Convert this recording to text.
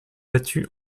battu